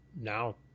now